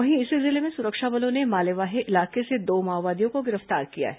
वहीं इसी जिले में सुरक्षा बलों ने मालेवाही इलाके से दो माओवादियों को गिरफ्तार किया है